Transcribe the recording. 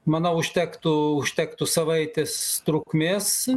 manau užtektų užtektų savaitės trukmės